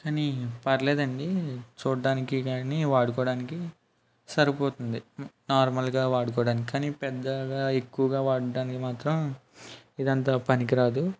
కానీ పర్లేదండి చూడడానికి కానీ వాడుకోవడానికి సరిపోతుంది నార్మల్గా వాడుకోవడానికి కానీ పెద్దగా ఎక్కువగా వాడడానికి మాత్రం ఇది అంతగా పనికి రాదు